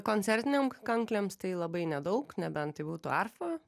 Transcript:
koncertinėm kanklėms tai labai nedaug nebent tai būtų arfa